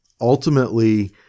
ultimately